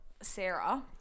Sarah